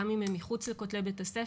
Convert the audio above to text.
גם אם הם מחוץ לכותלי בית הספר,